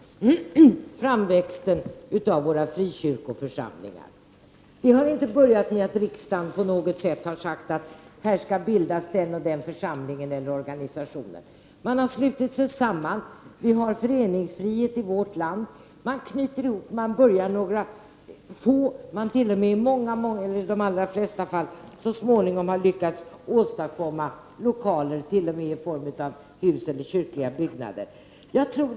Herr talman! Låt mig som exempel ta upp framväxten av våra frikyrkoförsamlingar. Dessa har inte börjat med att riksdagen på något sätt har uttalat att det skall bildas någon församling av den ena eller den andra typen. Män niskor har slutit sig samman. Vi har föreningsfrihet i vårt land. Från början var det bara några få, men så småningom lyckades man i de flesta fall åstadkomma lokaler, t.o.m. i form av hus eller kyrkliga byggnader.